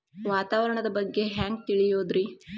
ವಾತಾವರಣದ ಬಗ್ಗೆ ಹ್ಯಾಂಗ್ ತಿಳಿಯೋದ್ರಿ?